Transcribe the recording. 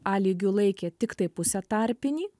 a lygiu laikė tiktai pusė tarpinį